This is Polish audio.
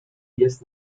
jest